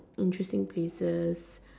interesting places